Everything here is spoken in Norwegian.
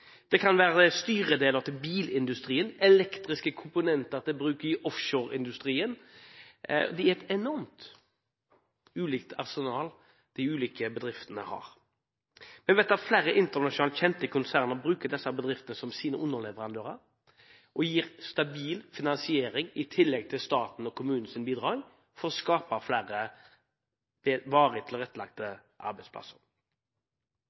styredeler til bilindustrien og elektriske komponenter til bruk i offshoreindustrien. Det er et enormt ulikt arsenal de ulike bedriftene har. Vi vet at flere internasjonalt kjente konserner bruker disse bedriftene som sine underleverandører og gir stabil finansiering – i tillegg til statens og kommunenes bidrag – for å skape flere varig